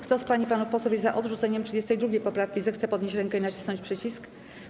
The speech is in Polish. Kto z pań i panów posłów jest za odrzuceniem 32. poprawki, zechce podnieść rękę i nacisnąć przycisk.